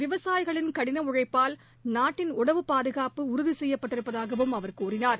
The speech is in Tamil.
விவசாயிகளின் கடின உழழப்பால் நாட்டின் உணவு பாதுகாப்பு உறுதி செய்யப்பட்டிருப்பதாகவும் அவர் கறினார்